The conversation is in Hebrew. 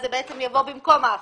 זה בעצם יבוא במקום ההפרה.